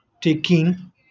taking